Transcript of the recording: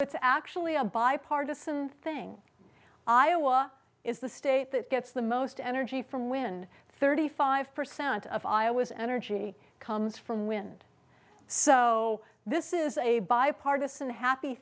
it's actually a bipartisan thing iowa is the state that gets the most energy from wind thirty five percent of iowa's energy comes from wind so this is a bipartisan happy